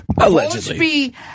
Allegedly